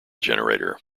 generator